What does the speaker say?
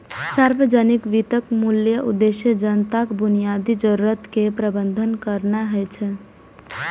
सार्वजनिक वित्तक मूल उद्देश्य जनताक बुनियादी जरूरत केर प्रबंध करनाय होइ छै